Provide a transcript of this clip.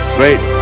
great